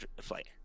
flight